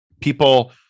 people